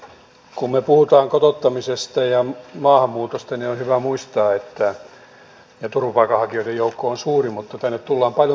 kun me puhumme kotouttamisesta ja maahanmuutosta niin on hyvä muistaa että turvapaikanhakijoiden joukko on suuri mutta että tänne tullaan paljon muilla perusteilla